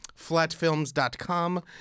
FlatFilms.com